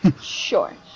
Sure